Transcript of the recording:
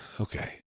Okay